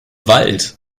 wald